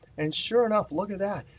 and sure enough, look at that.